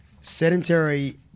sedentary